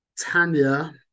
Tanya